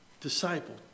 Disciple